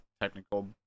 technical